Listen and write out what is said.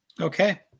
Okay